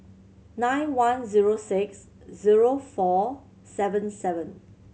nine one zero six zero four seven seven